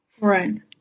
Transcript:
Right